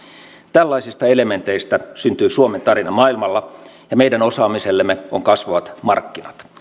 tällaisista elementeistä syntyy suomen tarina maailmalla ja meidän osaamisellemme on kasvavat markkinat